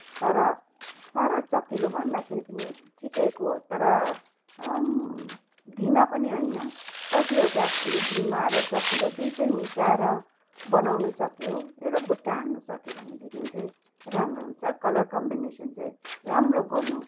तर साह्रो चहकिलो भन्दाखेरि पनि ठिकैको तर धिमा पनि होइन कतिवटा यो धिमा र चहकिलो दुइटै मिसाएर बनाउनु सकियो एउटा बुट्टा हान्नु सक्यो भनेदेखि चाहिँ राम्रो हुन्छ कलर कम्बिनेसन चाहिँ राम्रो गर्नु